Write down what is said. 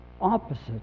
opposite